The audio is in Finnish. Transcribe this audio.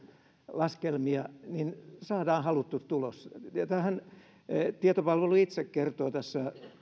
laskelmia saadaan haluttu tulos tietopalvelu itse kertoo tässä